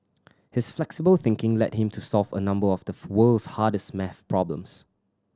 his flexible thinking led him to solve a number of the world's hardest maths problems